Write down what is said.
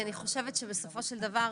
כי אני חושבת שבסופו של דבר.